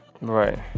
Right